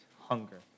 hunger